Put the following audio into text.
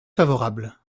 favorable